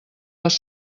les